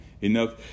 enough